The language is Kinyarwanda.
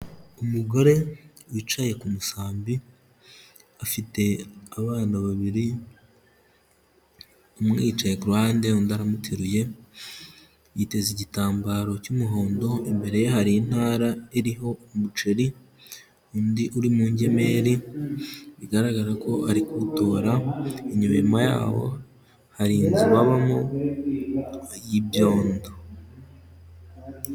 Umugore wicaye ku musambi afite abana babiri umwe yicaye ku ruhande undi aramuteruye, yiteze igitambaro cy'umuhondo, imbere ye hari intara iriho umuceri undi uri mu ngemeri bigaragara ko ari kuwutora, inyuma yaho hari inzu babamo y'ibyondo.